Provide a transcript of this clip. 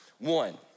one